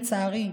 לצערי,